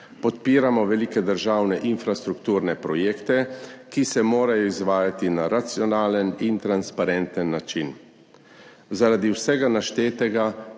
Podpiramo velike državne infrastrukturne projekte, ki se morajo izvajati na racionalen in transparenten način. Zaradi vsega naštetega